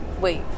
wait